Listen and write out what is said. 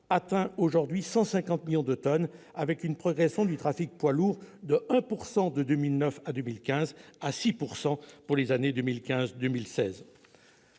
atteint aujourd'hui 150 millions de tonnes, avec une progression du trafic poids lourds de 1 % de 2009 à 2015 et de 6 % en 2015 et 2016.